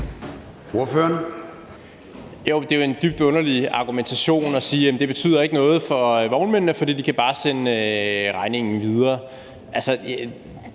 det er jo en dybt underlig argumentation at sige, at det ikke betyder noget for vognmændene, fordi de bare kan sende regningen videre.